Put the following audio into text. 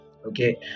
Okay